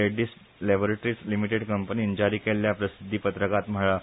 Reddy's laboratories limited कंपनीन जारी केल्ल्या प्रसिध्दी पत्रकात म्हळा